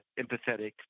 empathetic